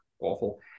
awful